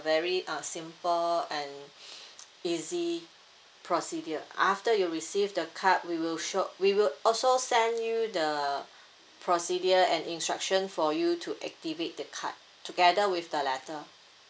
very uh simple and easy procedure after you received the card we will sure we will also send you the procedure and instruction for you to activate the card together with the letter